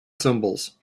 symbols